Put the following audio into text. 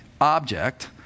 object